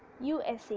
USA